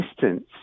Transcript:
distance